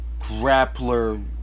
grappler